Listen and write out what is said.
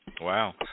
Wow